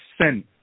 sin